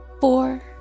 four